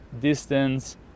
distance